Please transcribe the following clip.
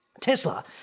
Tesla